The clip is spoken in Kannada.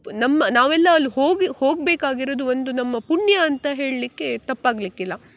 ನಮ್ಮ ನಾವೆಲ್ಲ ಅಲ್ಲಿ ಹೋಗಿ ಹೋಗಬೇಕಾಗಿರುದು ಒಂದು ನಮ್ಮ ಪುಣ್ಯ ಅಂತ ಹೇಳಲಿಕ್ಕೆ ತಪ್ಪಾಗಲಿಕ್ಕಿಲ್ಲ